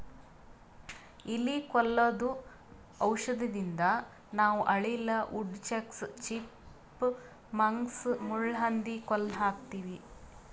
ಇಲಿ ಕೊಲ್ಲದು ಔಷಧದಿಂದ ನಾವ್ ಅಳಿಲ, ವುಡ್ ಚಕ್ಸ್, ಚಿಪ್ ಮಂಕ್ಸ್, ಮುಳ್ಳಹಂದಿ ಕೊಲ್ಲ ಹಾಕ್ತಿವಿ